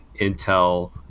Intel